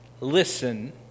listen